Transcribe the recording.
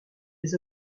des